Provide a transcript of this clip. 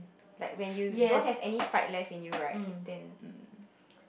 like when you don't have any fight left in you right then